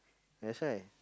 that's why